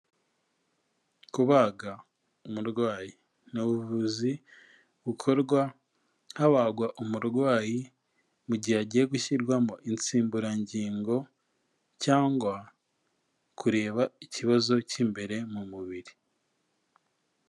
Kubaga umurwayi ni ubuvuzi bukorwa habagwa umurwayi mu gihe agiye gushyirwamo insimburangingo cyangwa kureba ikibazo cy'imbere mu mubiri.